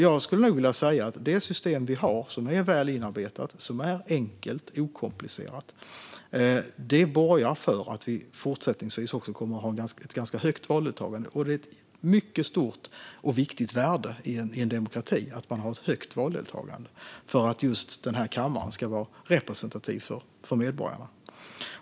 Jag skulle nog vilja säga att det system vi har, som är väl inarbetat, enkelt och okomplicerat, borgar för att vi också fortsättningsvis kommer att ha ett ganska högt valdeltagande. Och det är av mycket stort och viktigt värde i en demokrati att ha ett högt valdeltagande för att just den här kammaren ska vara representativ för medborgarna.